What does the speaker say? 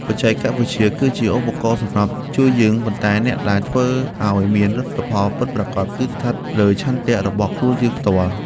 បច្ចេកវិទ្យា គឺជាឧបករណ៍សម្រាប់ជួយយើងប៉ុន្តែអ្នកដែលធ្វើឱ្យមានលទ្ធផលពិតប្រាកដ គឺស្ថិតលើឆន្ទៈរបស់ខ្លួនយើងផ្ទាល់។